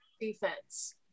defense